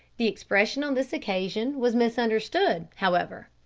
the expression on this occasion was misunderstood, however,